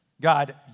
God